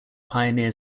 pioneer